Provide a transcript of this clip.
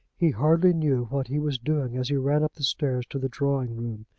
he hardly knew what he was doing as he ran up the steps to the drawing-room.